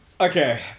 Okay